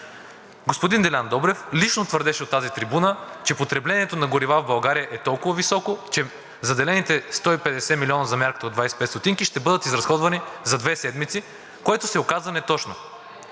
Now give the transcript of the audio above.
Господин Делян Добрев лично твърдеше от тази трибуна, че потреблението на горива в България е толкова високо, че заделените 150 милиона за мярката от 25 стотинки ще бъдат изразходвани за две седмици, което се оказа неточно.